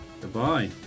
Goodbye